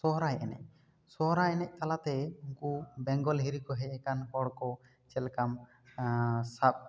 ᱥᱚᱨᱦᱟᱭ ᱮᱱᱮᱡ ᱥᱚᱨᱦᱟᱭ ᱮᱱᱮᱡ ᱛᱟᱞᱟ ᱛᱮ ᱩᱱᱠᱩ ᱵᱮᱝᱜᱚᱞ ᱦᱤᱨᱤ ᱠᱚ ᱦᱮᱡ ᱟᱠᱟᱱ ᱦᱚᱲ ᱠᱚ ᱪᱮᱫ ᱞᱮᱠᱟᱢ ᱥᱟᱵ